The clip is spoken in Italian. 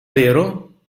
vero